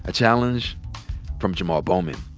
ah challenge from jamaal bowman.